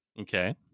Okay